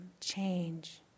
change